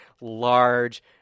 large